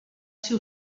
ser